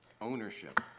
ownership